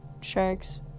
sharks